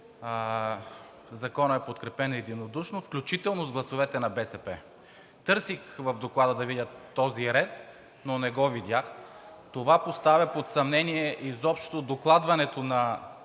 Законът е подкрепен единодушно, включително с гласовете на БСП. В Доклада търсих този ред, но не го видях и това поставя под съмнение изобщо докладването на